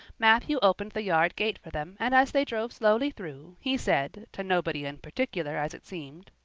matthew opened the yard gate for them and as they drove slowly through, he said, to nobody in particular as it seemed